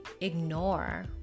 ignore